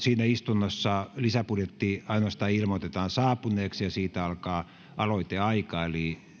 siinä istunnossa lisäbudjetti ainoastaan ilmoitetaan saapuneeksi ja siitä alkaa aloiteaika eli